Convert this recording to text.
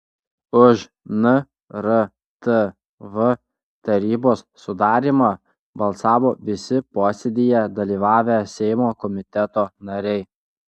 už nrtv tarybos sudarymą balsavo visi posėdyje dalyvavę seimo komiteto nariai